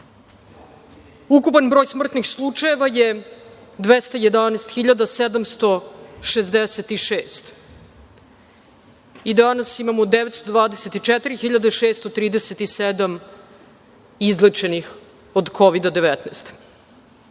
Ukupan broj smrtnih slučajeva je 211.766. Danas imamo 924.637 izlečenih od Kovida